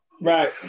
Right